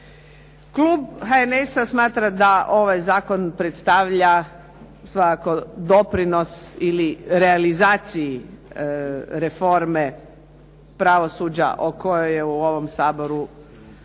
Klub HNS-a smatra da ovaj zakon predstavlja svakako doprinos ili realizaciji reforme pravosuđa o kojoj je u ovom Saboru govorio